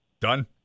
Done